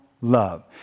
love